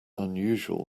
unusual